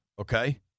okay